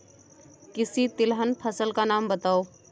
किसी तिलहन फसल का नाम बताओ